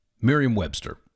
Merriam-Webster